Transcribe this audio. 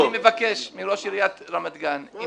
אני מבקש מראש עיריית רמת גן, אם